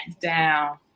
down